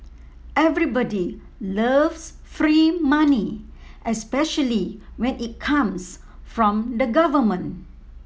everybody loves free money especially when it comes from the government